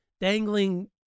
dangling